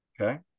Okay